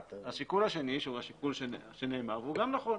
השיקול השני שגם הוא נאמר, גם הוא נכון.